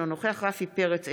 אינו נוכח רפי פרץ,